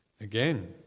Again